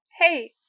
hey